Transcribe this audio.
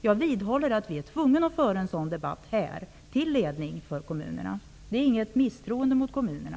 Jag vidhåller att vi är tvungna att föra en sådan debatt här till ledning för kommunerna. Det är inget misstroende mot kommunerna.